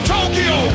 Tokyo